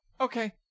Okay